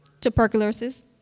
tuberculosis